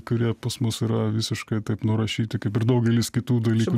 kurie pas mus yra visiškai taip nurašyti kaip ir daugelis kitų dalykų